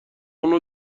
اونو